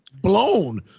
blown